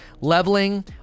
leveling